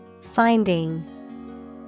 Finding